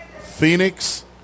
Phoenix